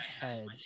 head